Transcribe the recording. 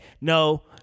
no